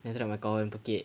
then macam kawan pekik